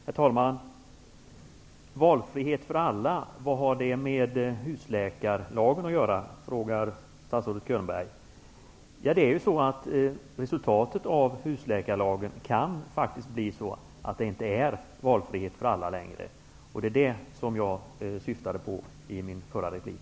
Herr talman! Valfrihet för alla, vad har det med husläkarlagen att göra, frågar statsrådet Könberg. Resultatet av husläkarlagen kan faktiskt bli att det inte är valfrihet för alla längre, och det är vad jag syftade på i min förra replik.